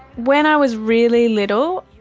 when i was really little,